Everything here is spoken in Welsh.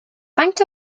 faint